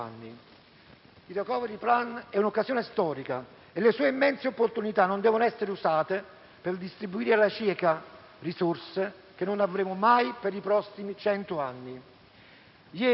Il *recovery plan* è un'occasione storica e le sue immense opportunità non devono essere usate per distribuire alla cieca risorse che non avremo mai per i prossimi cento anni.